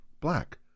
black